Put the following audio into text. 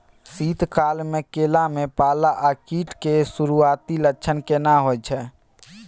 शीत काल में केला में पाला आ कीट के सुरूआती लक्षण केना हौय छै?